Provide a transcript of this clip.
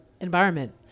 environment